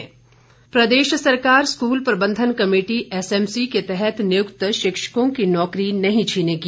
point of order प्रदेश सरकार school प्रबंधन कमेटी एसएमसी के तहत नियुक्त शिक्षकों की नौकरी नहीं छीनेगी